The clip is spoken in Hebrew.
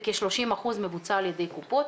וכ-30% מבוצע על ידי הקופות.